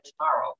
tomorrow